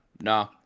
Nah